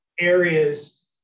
areas